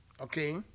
Okay